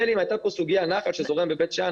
מילא, אם הייתה כאן סוגיית נחל שזורם בבית שאן.